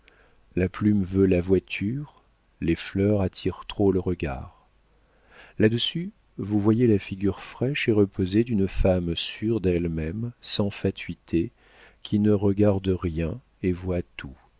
la plume veut la voiture les fleurs attirent trop le regard là-dessous vous voyez la figure fraîche et reposée d'une femme sûre d'elle-même sans fatuité qui ne regarde rien et voit tout